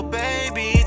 baby